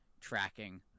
tracking